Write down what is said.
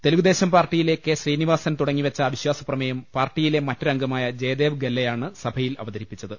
തെലുഗുദേശം പാർട്ടിയിലെ കെ ശ്രീനിവാസൻ തുടങ്ങിവെച്ചു അവിശ്വാസ പ്രമേയം പാർട്ടിയിലെ മറ്റൊരംഗമായ ജയദേവ് ഗല്ല യാണ് സഭയിൽ അവതരിപ്പിച്ചത്